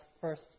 first